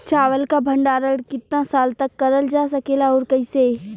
चावल क भण्डारण कितना साल तक करल जा सकेला और कइसे?